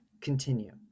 continue